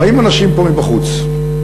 באים לפה אנשים מבחוץ ומסתכלים.